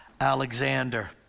Alexander